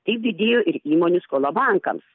taip didėjo ir įmonių skola bankams